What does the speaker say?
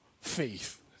faith